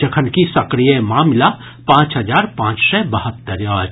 जखनकि सक्रिय मामिला पांच हजार पांच सय बहत्तरि अछि